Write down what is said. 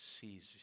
sees